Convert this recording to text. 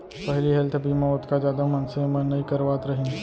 पहिली हेल्थ बीमा ओतका जादा मनसे मन नइ करवात रहिन